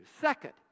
Second